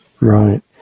Right